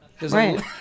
Right